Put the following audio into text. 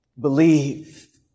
believe